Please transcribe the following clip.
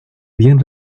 bien